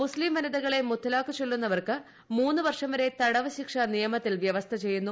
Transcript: മുസ്തീം വനിതകളെ മുത്തലാഖ് ചൊല്ലുന്നവർക്ക് മൂന്ന് വർഷം വരെ തടവ് ശിക്ഷ നിയമത്തിൽ വ്യവസ്ഥ ചെയ്യുന്നു